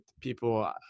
people